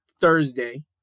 Thursday